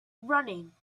running